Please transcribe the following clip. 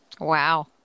Wow